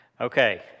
Okay